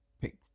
pick